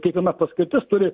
kiekviena paskirtis turi